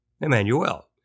Emmanuel